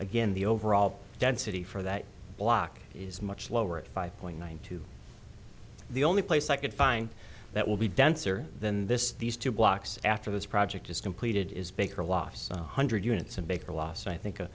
again the overall density for that block is much lower at five point one two the only place i could find that will be denser than this these two blocks after this project is completed is baker lost some hundred units and baker lost i think